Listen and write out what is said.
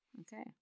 Okay